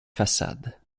façade